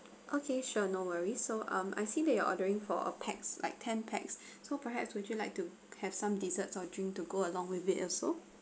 okay sure no worries so um I've seen that you're ordering for a pax like ten pax so perhaps would you like to have some dessert or drink to go along with it also